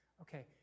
okay